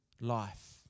life